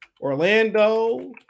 Orlando